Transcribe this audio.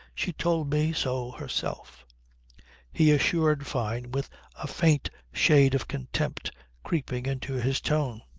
she told me so herself he assured fyne with a faint shade of contempt creeping into his tone.